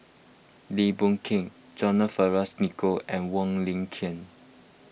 Lim Boon Keng John Fearns Nicoll and Wong Lin Ken